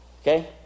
okay